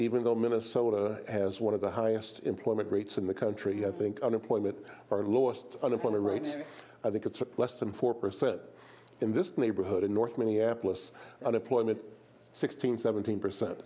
even though minnesota has one of the highest employment rates in the country i think unemployment or lowest unemployment rates i think it's a plus and four percent in this neighborhood in north minneapolis unemployment sixteen seventeen percent